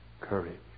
courage